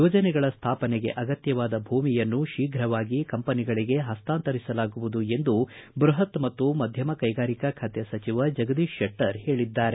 ಯೋಜನೆಗಳ ಸ್ಥಾಪನೆಗೆ ಅಗತ್ತವಾದ ಭೂಮಿಯನ್ನು ಶೀಘ್ರವಾಗಿ ಕಂಪನಿಗಳಿಗೆ ಹಸ್ತಾಂತರಿಸಲಾಗುವುದು ಎಂದು ಬೃಹತ್ ಮತ್ತು ಮಧ್ಯಮ ಕೈಗಾರಿಕಾ ಖಾತೆ ಸಚಿವ ಜಗದೀಶ್ ಶೆಟ್ಟರ್ ಹೇಳಿದ್ದಾರೆ